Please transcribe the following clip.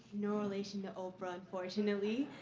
no relation to oprah, unfortunately.